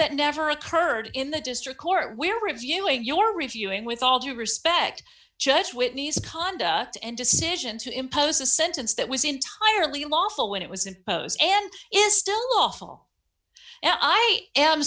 that never occurred in the district court we're reviewing your reviewing with all due respect judge whitney's conduct and decision to impose a sentence that was entirely lawful when it was imposed and is still lawful and i am